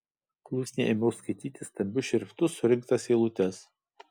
klusniai ėmiau skaityti stambiu šriftu surinktas eilutes